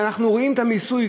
אלא אנחנו רואים את המיסוי,